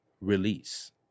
release